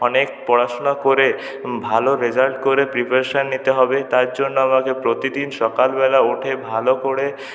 অনেক পড়াশোনা করে ভালো রেজাল্ট করে প্রিপারেশান নিতে হবে তারজন্য আমাকে প্রতিদিন সকালবেলা উঠে ভালো করে